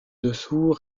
dessous